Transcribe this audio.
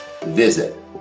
visit